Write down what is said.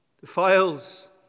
defiles